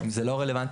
זה לא רלוונטי,